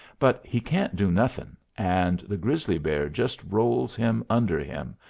but he can't do nothing, and the grizzly bear just rolls him under him,